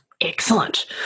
Excellent